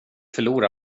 förlora